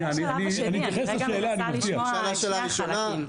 זה השלב השני, אני רגע מנסה לשמוע את שני החלקים.